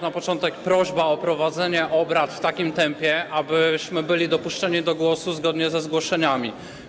Na początek prośba o prowadzenie obrad w takim tempie, abyśmy byli dopuszczeni do głosu zgodnie ze zgłoszeniami.